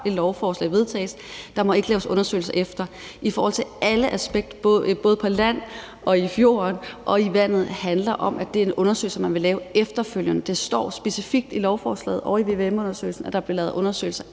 et lovforslag vedtages, og at der ikke må laves undersøgelser efter det vedtages, i forhold til at alle aspekter både på land og i fjorden, i vandet handler om, at det er en undersøgelse, man vil lave efterfølgende. Det står specifikt i lovforslaget om vvm-undersøgelser, at der vil blive lavet undersøgelser